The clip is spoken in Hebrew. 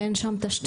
אין תשתיות.